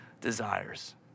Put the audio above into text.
desires